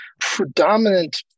Predominant